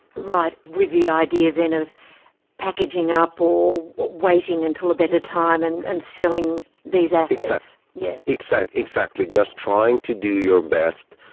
right, with the idea then of packaging up or waiting until a better time and and selling these assets. yeah exactly. just trying to do your best,